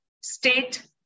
state